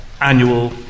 annual